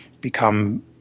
become